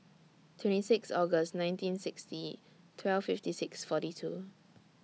twenty six August nineteen sixty twelve fifty six forty two